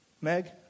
Meg